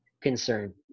concern